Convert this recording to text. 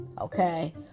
okay